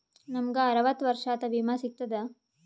ನಮ್ ಗ ಅರವತ್ತ ವರ್ಷಾತು ವಿಮಾ ಸಿಗ್ತದಾ?